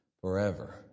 forever